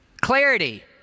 Clarity